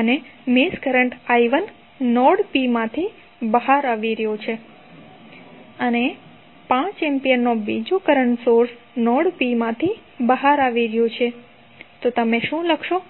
અને mesh current i1 node P માંથી બહાર આવી રહ્યો છે અને 5 એમ્પીયરનો બીજો કરંટ સોર્સ નોડ P માંથી બહાર આવી રહ્યો છે તો તમે શું લખી શકો